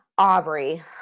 Aubrey